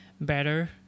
better